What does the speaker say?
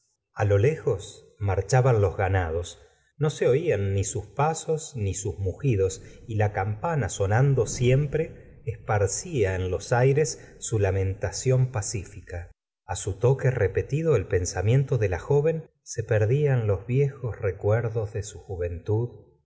a lo lejos marchaban los ganados no se oían ni sus pasos ni sus mugidos y la campana sonando siempre esparcía en los aires su lamentación pacífica a su toque repetido el pensamiento de la joven se perdía en los viejos recuerdos de su juventud